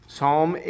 Psalm